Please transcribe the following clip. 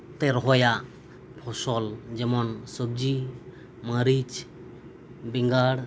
ᱛᱮ ᱨᱚᱦᱚᱭᱟᱜ ᱯᱷᱚᱥᱚᱞ ᱡᱮᱢᱚᱱ ᱥᱚᱵᱽᱡᱤ ᱢᱟᱹᱨᱤᱪ ᱵᱮᱸᱜᱟᱲ